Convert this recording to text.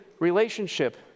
relationship